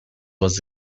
was